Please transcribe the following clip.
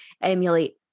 emulate